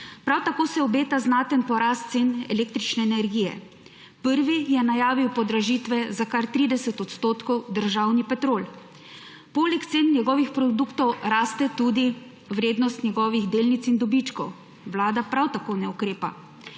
Prav tako se obeta znaten porast cen električne energije. Prvi je najavil podražitve za kar 30 % državni Petrol. Poleg cen njegovih produktov raste tudi vrednost njegovih delnic in dobičkov. Vlada prav tako ne ukrepa.